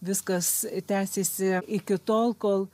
viskas tęsėsi iki tol kol